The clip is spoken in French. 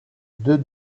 deux